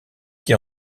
qui